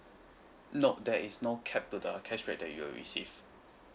nop there is no capped to the cashback that you will receive